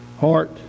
heart